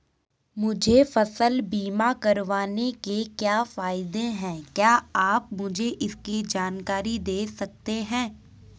मुझे फसल बीमा करवाने के क्या फायदे हैं क्या आप मुझे इसकी जानकारी दें सकते हैं?